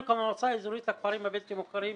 אנחנו כמועצה אזורית לכפרים הבלתי מוכרים,